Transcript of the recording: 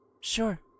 Sure